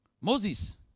Moses